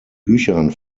büchern